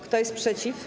Kto jest przeciw?